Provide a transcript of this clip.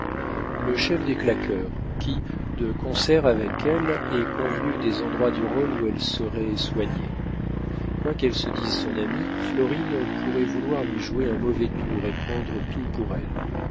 le chef des claqueurs qui de concert avec elle est convenu des endroits du rôle où elle serait soignée quoiqu'elle se dise son amie florine pourrait vouloir lui jouer un mauvais tour et prendre tout pour elle